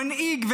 מנהיג,